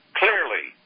clearly